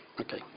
Okay